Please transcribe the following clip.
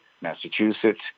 Massachusetts